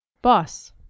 Boss